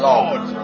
Lord